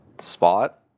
spot